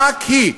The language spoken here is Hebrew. רק היא,